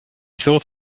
thought